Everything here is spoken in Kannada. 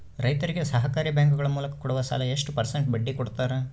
ರೈತರಿಗೆ ಸಹಕಾರಿ ಬ್ಯಾಂಕುಗಳ ಮೂಲಕ ಕೊಡುವ ಸಾಲ ಎಷ್ಟು ಪರ್ಸೆಂಟ್ ಬಡ್ಡಿ ಕೊಡುತ್ತಾರೆ?